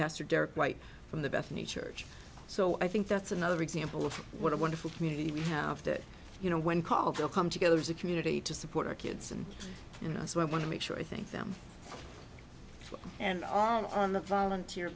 pastor derek white from the bethany church so i think that's another example of what a wonderful community we have to you know when call they'll come together as a community to support our kids and you know so i want to make sure i think them and are in the volunteer